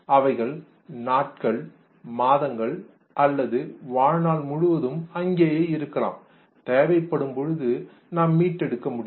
அவைகள் நாட்கள் மாதங்கள் அல்லது வாழ்நாள் முழுவதும் அங்கேயே இருக்கலாம் தேவைப்படும் பொழுது நாம் மீட்டெடுக்க முடியும்